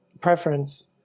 preference